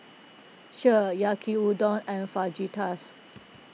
Kheer Yaki Udon and Fajitas